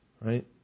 right